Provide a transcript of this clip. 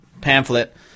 pamphlet